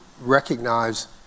recognize